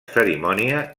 cerimònia